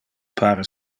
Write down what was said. pare